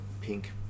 pink